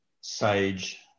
sage